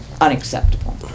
unacceptable